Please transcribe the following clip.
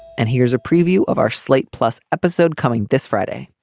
and here's a preview of our slate plus episode coming this friday.